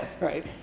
right